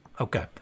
Okay